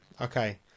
Okay